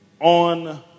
on